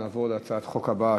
נעבור להצעת החוק הבאה,